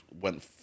went